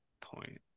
point